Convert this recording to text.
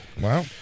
Wow